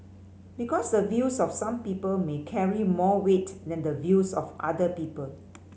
because the views of some people may carry more weight than the views of other people